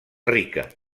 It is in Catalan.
rica